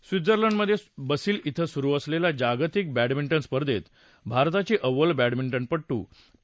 स्वित्झर्लंडमध्ये बसील थें सुरू असलेल्या जागतिक बॅडमिंटन स्पर्धेत भारताची अव्वल बॅडमिंटनपटू पी